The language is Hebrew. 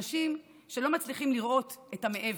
אנשים שלא מצליחים לראות מעבר,